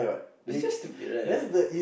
is just stupid right